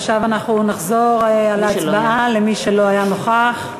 נחזור על ההצבעה למי שלא היה נוכח.